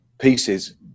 pieces